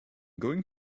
going